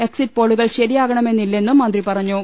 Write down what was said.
exit പോളുകൾ ശരിയാകണമെന്നില്ലെന്നും മന്ത്രി പറഞ്ഞു